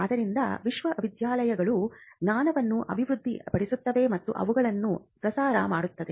ಆದ್ದರಿಂದ ವಿಶ್ವವಿದ್ಯಾಲಯಗಳು ಜ್ಞಾನವನ್ನು ಅಭಿವೃದ್ಧಿಪಡಿಸುತ್ತವೆ ಮತ್ತು ಅವುಗಳನ್ನು ಪ್ರಸಾರ ಮಾಡುತ್ತವೆ